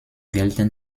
gelten